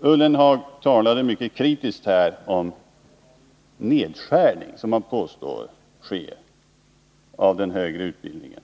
Jörgen Ullenhag talade mycket kritiskt om den nedskärning söm han påstår sker av den högre utbildningen.